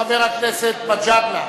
חבר הכנסת גאלב מג'אדלה,